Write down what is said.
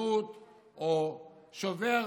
באלימות או שובר